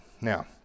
Now